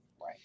Right